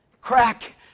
crack